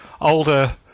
older